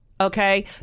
Okay